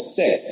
six